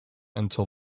until